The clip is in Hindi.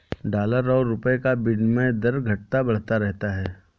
डॉलर और रूपए का विनियम दर घटता बढ़ता रहता है